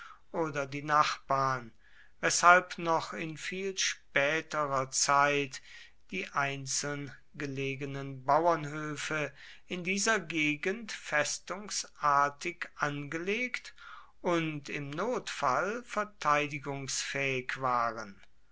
oder die nachbarn weshalb noch in viel späterer zeit die einzeln gelegenen bauernhöfe in dieser gegend festungsartig angelegt und im notfall verteidigungsfähig waren